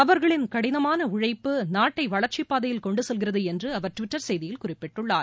அவர்களின் கடினமான உழழப்பு நாட்டை வளர்ச்சி பாதையில் கொண்டு செல்கிறது என்று அவர் டுவிட்டர் செய்தியில் குறிப்பிட்டுள்ளார்